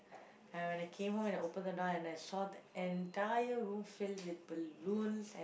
like when I came home and open the door and I saw the entire room filled with balloons and